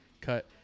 cut